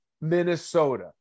Minnesota